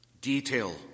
...detail